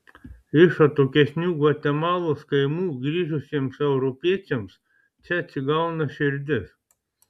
iš atokesnių gvatemalos kaimų grįžusiems europiečiams čia atsigauna širdis